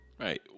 Right